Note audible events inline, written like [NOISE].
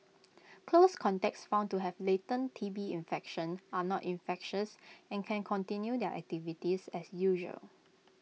[NOISE] close contacts found to have latent T B infection are not infectious and can continue their activities as usual